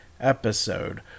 Episode